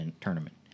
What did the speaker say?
tournament